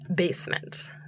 basement